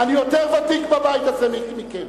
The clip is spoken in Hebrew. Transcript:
אני יותר ותיק בבית הזה מכם.